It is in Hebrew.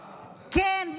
כן,